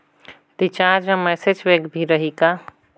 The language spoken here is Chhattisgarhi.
रिचार्ज मा मैसेज पैक भी रही का?